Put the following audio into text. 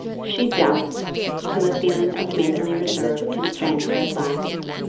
she doubts till a feeling of maidenly reserve constrains her at last,